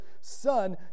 son